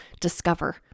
discover